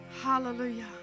Hallelujah